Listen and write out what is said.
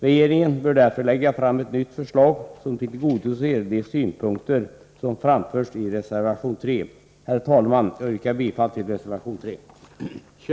Regeringen bör därför lägga fram ett nytt förslag, som tillgodoser de synpunkter som framförts i reservation 3. Herr talman! Jag yrkar bifall till reservation nr 3.